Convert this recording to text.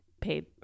paid